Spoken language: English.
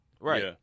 Right